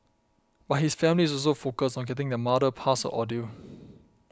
but his family is also focused on getting their mother past her ordeal